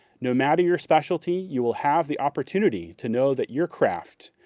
no matter your specialty, you will have the opportunity to know that your craft,